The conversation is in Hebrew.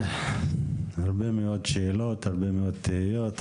הרבה מאוד שאלות, הרבה מאוד תהיות.